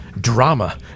drama